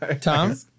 Tom